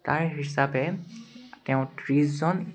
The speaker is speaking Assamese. তাৰ হিচাপে তেওঁ ত্ৰিছজন